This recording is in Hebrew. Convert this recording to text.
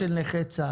וב-2018